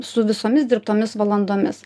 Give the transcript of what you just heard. su visomis dirbtomis valandomis